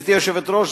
גברתי היושבת-ראש,